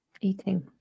eating